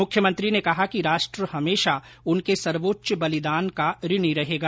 मुख्यमंत्री ने कहा कि राष्ट्र हमेशा उनके सर्वोच्च बलिदान का ऋणी रहेगा